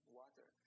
water